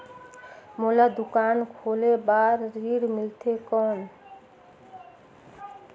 मोला दुकान खोले बार ऋण मिलथे कौन?